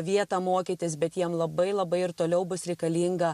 vietą mokytis bet jiem labai labai ir toliau bus reikalinga